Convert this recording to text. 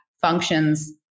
functions